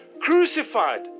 crucified